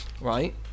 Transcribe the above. right